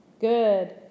good